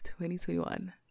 2021